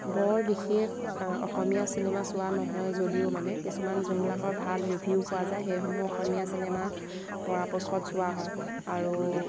বৰ বিশেষ অসমীয়া চিনেমা চোৱা নহয় যদিও মানে কিছুমান যোনবিলাকৰ ভাল ৰিভিও পোৱা যায় সেইসমূহ অসমীয়া চিনেমা পৰাপক্ষত চোৱা হয় আৰু